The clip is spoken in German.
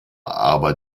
aber